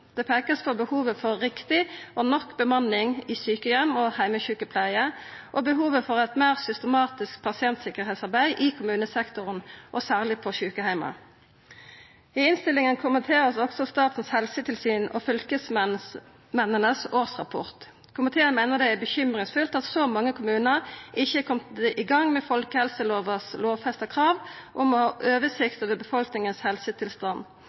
Det vert peikt på behovet for riktig og nok bemanning på sjukeheim og i heimesjukepleie og på behovet for eit meir systematisk pasientsikkerheitsarbeid i kommunesektoren – særleg på sjukeheimar. I innstillinga vert òg årsrapporten frå Statens helsetilsyn og tilsynsrapportar frå fylkesmennene kommenterte. Komiteen meiner det er bekymringsfullt at så mange kommunar ikkje er komne i gang med dei lovfesta krava i folkehelselova om å ha